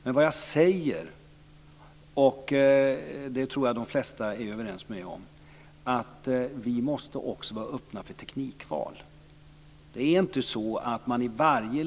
Men vad jag säger, och det tror jag att de flesta är överens med mig om, är att vi också måste vara öppna för teknikval.